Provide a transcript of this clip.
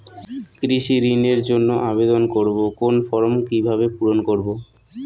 কৃষি ঋণের জন্য আবেদন করব কোন ফর্ম কিভাবে পূরণ করব?